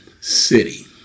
City